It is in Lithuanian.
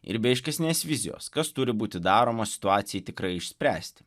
ir be aiškesnės vizijos kas turi būti daroma situacijai tikrai išspręsti